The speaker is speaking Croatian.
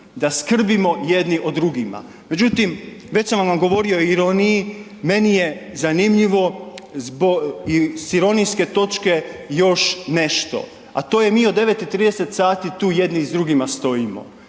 da skrbimo jedni o drugima. Međutim, već sam govorio o ironiji, meni je zanimljivo s ironijske točke još nešto, a to je mi od 9,30 sati tu jedni s drugima stojimo.